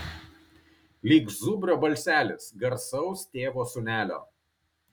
lyg zubrio balselis garsaus tėvo sūnelio